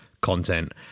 content